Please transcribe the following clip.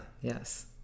Yes